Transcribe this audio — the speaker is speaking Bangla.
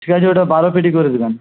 ঠিক আছে ওটা বারো পেটি করে দেবেন